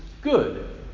good